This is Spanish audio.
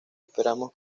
esperamos